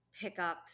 pickups